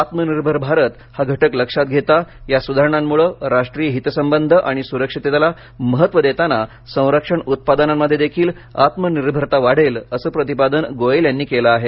आत्मनिर्भर भारत हा घटक लक्षात घेता या सुधारणांमुळे राष्ट्रीय हितसंबंध आणि सुरक्षिततेला महत्त्व देतांना संरक्षण उत्पादनांमध्ये देखील आत्मनिर्भरता वाढेल असं प्रतिपादन गोयल यांनी केलं आहे